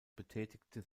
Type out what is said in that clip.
betätigte